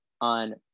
on